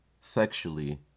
sexually